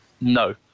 No